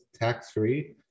tax-free